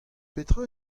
petra